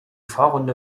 vorrunde